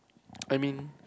I mean